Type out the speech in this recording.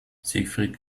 siegfried